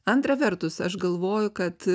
antra vertus aš galvoju kad